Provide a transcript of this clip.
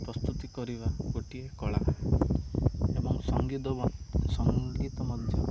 ପ୍ରସ୍ତୁତି କରିବା ଗୋଟିଏ କଳା ଏବଂ ସଙ୍ଗୀତ ସଙ୍ଗୀତ ମଧ୍ୟ